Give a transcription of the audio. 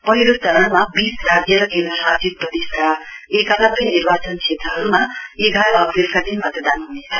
पहिलो चरणमा वीस राज्य र केन्द्रशासित प्रदेशका एकानब्बे निर्वाचन क्षेत्रहरुमा एघार अप्रेलका दिन मतदान हुनेछ